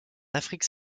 afrique